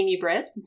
bread